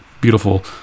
beautiful